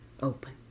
open